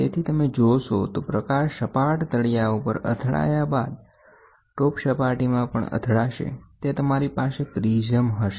તેથી તમે જોશો તો પ્રકાશ સપાટ તળિયા ઉપર અથડાયા બાદ ટોપ સપાટીમાં પણ અથડાશે તે તમારી પાસે પ્રિઝમ હશે